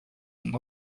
and